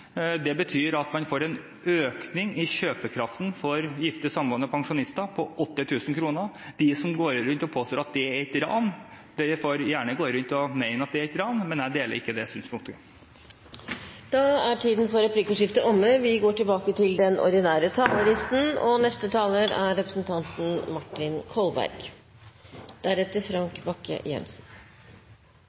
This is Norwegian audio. Det betyr at man får en økning i kjøpekraften for gifte og samboende pensjonister på 8 000 kr. De som går rundt og påstår at det er et ran, de får gjerne gå rundt og mene at det er et ran, men jeg deler ikke det synspunktet. Replikkordskiftet er omme. Jeg vil hevde at det viktigste resultatet etter åtte års rød-grønn regjering er